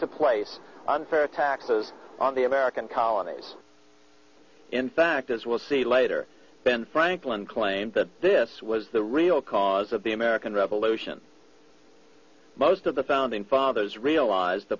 to place unfair taxes on the american colonies in fact as we'll see later ben franklin claimed that this was the real cause of the american revolution most of the founding fathers realized the